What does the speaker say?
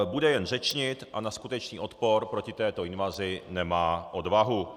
Bude jen řečnit a na skutečný odpor proti této invazi nemá odvahu.